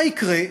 מה יקרה,